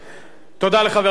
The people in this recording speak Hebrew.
תודה לחבר הכנסת גפני.